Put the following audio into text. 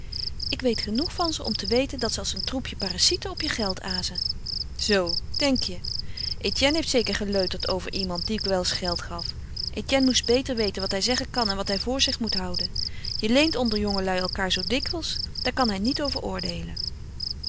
ik weet genoeg van ze om te weten dat ze als een troepje parasieten op je geld azen zoo denk je etienne heeft zeker geleuterd over iemand dien ik wel eens geld gaf etienne moest beter weten wat hij zeggen kan en wat hij voor zich moet houden je leent onder jongelui elkaâr zoo dikwijls daar kan jij niet over oordeelen